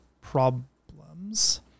problems